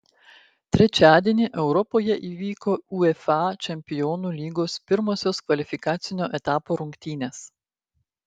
trečiadienį europoje įvyko uefa čempionų lygos pirmosios kvalifikacinio etapo rungtynės